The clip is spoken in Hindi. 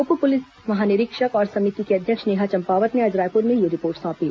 उप पुलिस महानिरीक्षक और समिति की अध्यक्ष नेहा चम्पावत ने आज रायपुर में यह रिपोर्ट सौंपी